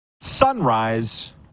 Sunrise